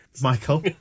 Michael